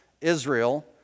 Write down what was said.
Israel